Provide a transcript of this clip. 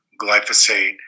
glyphosate